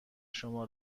شما